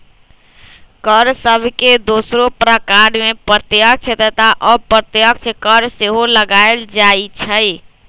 कर सभके दोसरो प्रकार में प्रत्यक्ष तथा अप्रत्यक्ष कर सेहो लगाएल जाइ छइ